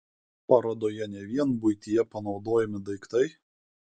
parodoje ne vien buityje panaudojami daiktai